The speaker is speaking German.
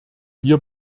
wir